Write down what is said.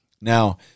Now